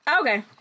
okay